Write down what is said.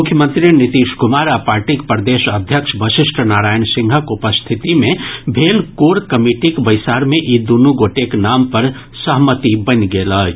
मुख्यमंत्री नीतीश कुमार आ पार्टीक प्रदेश अध्यक्ष वशिष्ठ नारायण सिंहक उपस्थिति मे भेल कोर कमिटीक बैसार मे ई दुनू गोटेक नाम पर सहमति बनि गेल अछि